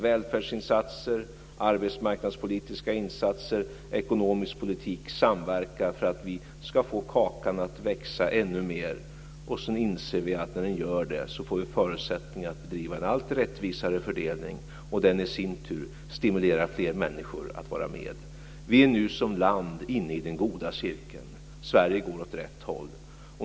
Välfärdsinsatser, arbetsmarknadspolitiska insatser och ekonomisk politik samverkar för att vi ska få kakan att växa ännu mer. Vi inser att när den gör det får vi förutsättningar att bedriva en allt rättvisare fördelning som i sin tur stimulerar fler människor att vara med. Vi är nu som land inne i den goda cirkeln. Sverige går åt rätt håll.